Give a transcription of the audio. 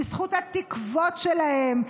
בזכות התקוות שלהם,